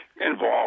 involved